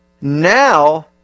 now